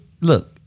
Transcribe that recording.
Look